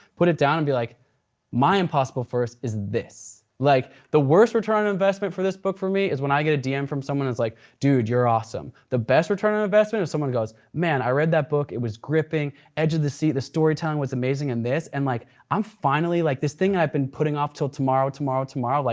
put it down and be like my impossible first is this. like the worst return on investment for this book for me is when i get a dm from someone who's like dude you're awesome. the best return on investment is when someone goes man, i read that book, it was gripping, edge of the seat, the story telling was amazing, and this and like i'm finally, like this thing i've been putting off til tomorrow, tomorrow, tomorrow, like